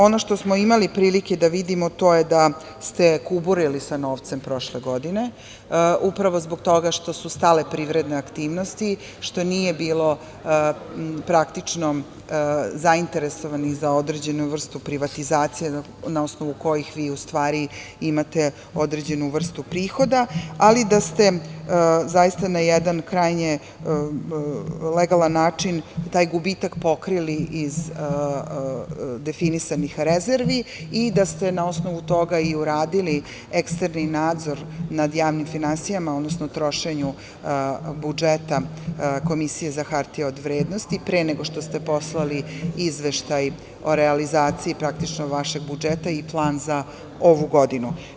Ono što smo imali prilike da vidimo, to je da ste kuburili sa novcem prošle godine, upravo zbog toga što su stale privredne aktivnosti, što nije bilo praktično zainteresovanih za određenu vrstu privatizacije na osnovu kojih vi u stvari imate određenu vrstu prihoda, ali i da ste zaista na jedan krajnje legalan način taj gubitak pokrili iz definisanih rezervi i da ste na osnovu toga i uradili eksterni nadzor nad javnim finansijama, odnosno trošenju budžeta Komisije za hartije od vrednosti, pre nego što ste poslali izveštaj o realizaciji praktično vašeg budžeta i plan za ovu godinu.